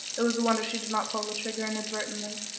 it was a wonder she did not pull the trigger inadvertently,